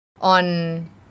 on